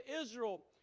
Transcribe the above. Israel